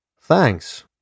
Thanks